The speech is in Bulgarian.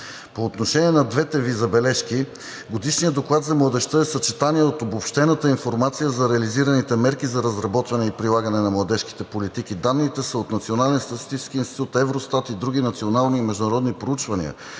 По отношение на двете Ви забележки, Годишният доклад за младежта е съчетание от обобщената информация за реализираните мерки за разработване и прилагане на младежките политики. Данните са от Националния статистически институт, „Евростат“ и други национални и международни проучвания.